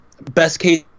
best-case